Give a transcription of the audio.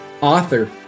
author